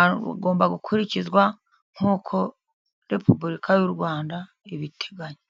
agomba gukurikizwa nk'uko repuburika y'u Rwanda ibiteganya.